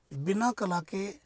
बिना कला के